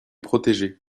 protéger